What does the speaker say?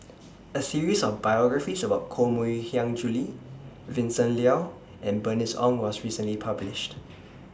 A series of biographies about Koh Mui Hiang Julie Vincent Leow and Bernice Ong was recently published